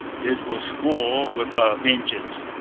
this was war with a vengeance.